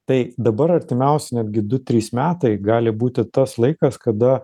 tai dabar artimiausi netgi du trys metai gali būti tas laikas kada